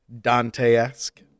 Dante-esque